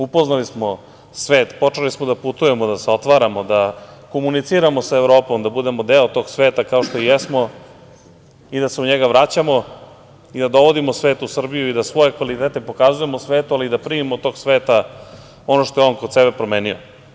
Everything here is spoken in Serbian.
Upoznali smo svet, počeli smo da putujemo da se otvaramo, da komuniciramo sa Evropom, da budemo deo tog sveta, kao što i jesmo i da se u njega vraćamo i da dovodimo svet u Srbiju i da svoje kvalitete pokazujemo svetu, ali i da primimo tog sveta ono što je on kod sebe promenio.